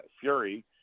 fury